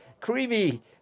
creamy